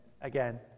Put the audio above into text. Again